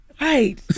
Right